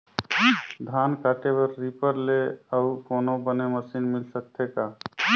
धान काटे बर रीपर ले अउ कोनो बने मशीन मिल सकथे का?